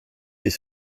des